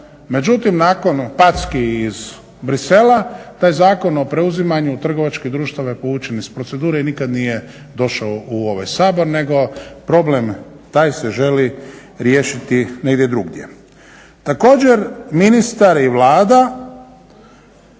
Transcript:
međutim nakon packi iz Bruxellesa taj Zakon o preuzimanju trgovačkih društava je povučeni iz procedure i nikad nije došao u ovaj Sabor, nego problem taj se želi riješiti negdje drugdje. Također, ministar i Vlada